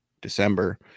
December